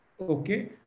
okay